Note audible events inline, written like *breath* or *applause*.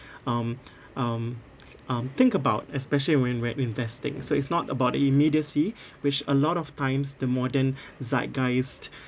um *breath* um um think about especially when we're investing so it's not about the immediacy *breath* which a lot of times the modern *breath*